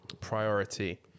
priority